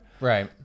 Right